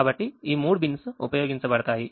కాబట్టి మూడు బిన్స్ ఉపయోగించబడతాయి